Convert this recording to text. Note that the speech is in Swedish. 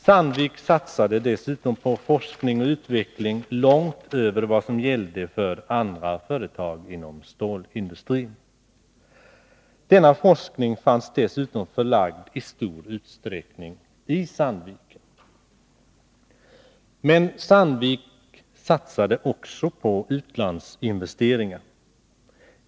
Sandvik satsade dessutom på forskning och utveckling långt över vad som gällde för andra företag inom stålindustrin. Denna forskning fanns dessutom i stor utsträckning förlagd i Sandviken. Men Sandvik satsade också på utlandsinvesteringar.